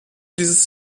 dieses